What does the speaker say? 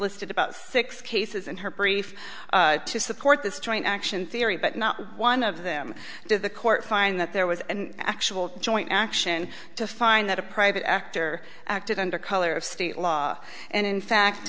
listed about six cases in her brief to support this joint action theory but not one of them did the court find that there was an actual joint action to find that a private actor acted under color of state law and in fact